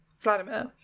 Vladimir